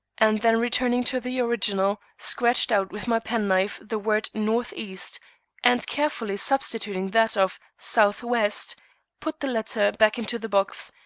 and then returning to the original, scratched out with my penknife the word northeast and carefully substituting that of southwest put the letter back into the box,